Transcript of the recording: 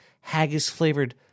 haggis-flavored